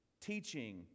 Teaching